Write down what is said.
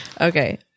Okay